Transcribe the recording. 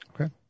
Okay